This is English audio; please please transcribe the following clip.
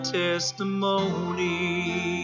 testimony